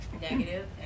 negative